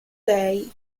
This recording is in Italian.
dei